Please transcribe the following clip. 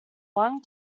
one